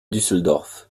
düsseldorf